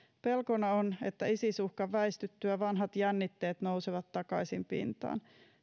pelkona on että isis uhkan väistyttyä vanhat jännitteet nousevat takaisin pintaan